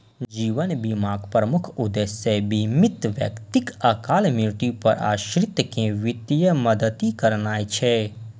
जीवन बीमाक प्रमुख उद्देश्य बीमित व्यक्तिक अकाल मृत्यु पर आश्रित कें वित्तीय मदति करनाय छै